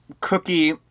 cookie